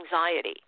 anxiety